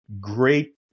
great